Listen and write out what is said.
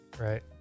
right